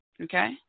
okay